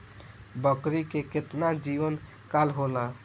बकरी के केतना जीवन काल होला?